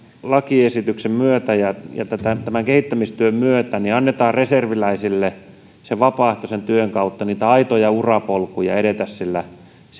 lakiesityksen myötä ja ja tämän kehittämistyön myötä annetaan reserviläisille vapaaehtoisen työn kautta niitä aitoja urapolkuja edetä siellä